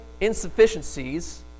insufficiencies